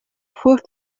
furcht